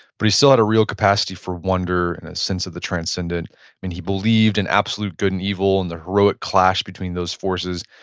but he still had a real capacity for wonder and a sense of the transcendent and he believed in absolute good and evil and the heroic clash between those forces.